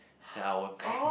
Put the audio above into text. then I won't